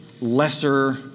lesser